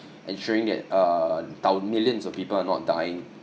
ensuring that uh thou~ millions of people are not dying